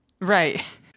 Right